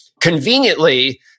Conveniently